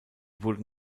wurde